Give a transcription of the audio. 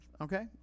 Okay